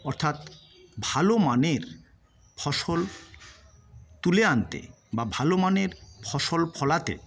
অর্থাৎ ভালো মানের ফসল তুলে আনতে বা ভালো মানের ফসল ফলাতে